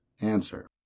Answer